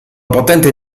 potente